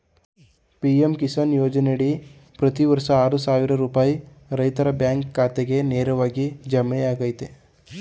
PM Kisan ಯೋಜನೆಯಡಿ ಪ್ರತಿ ವರ್ಷ ಆರು ಸಾವಿರ ರೂಪಾಯಿ ರೈತರ ಬ್ಯಾಂಕ್ ಖಾತೆಗೆ ನೇರವಾಗಿ ಜಮೆಯಾಗ್ತದೆ